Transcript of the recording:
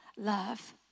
Love